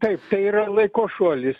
taip tai yra laiko šuolis